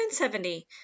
170